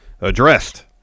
addressed